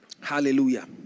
hallelujah